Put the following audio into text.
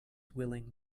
willing